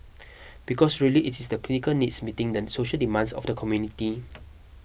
because really it is the clinical needs meeting the social demands of the community